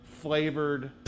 flavored